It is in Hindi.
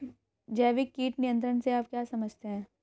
जैविक कीट नियंत्रण से आप क्या समझते हैं?